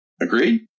Agreed